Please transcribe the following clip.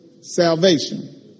salvation